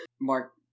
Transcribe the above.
Mark